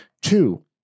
Two